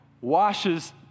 washes